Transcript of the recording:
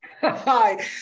Hi